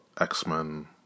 x-men